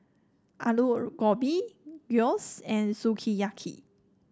Alu Gobi Gyros and Sukiyaki